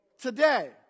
today